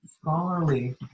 scholarly